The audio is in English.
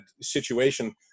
situation